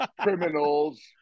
criminals